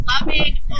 loving